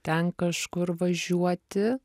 ten kažkur važiuoti